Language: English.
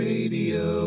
Radio